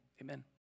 amen